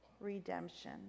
redemption